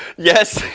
yes,